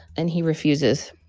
and he refuses.